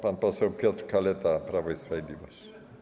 Pan poseł Piotr Kaleta, Prawo i Sprawiedliwość.